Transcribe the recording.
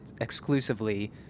exclusively